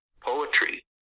poetry